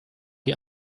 die